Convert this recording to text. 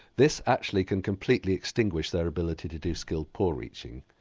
this actually can completely extinguish their ability to do skilled paw reaching.